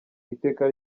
iteka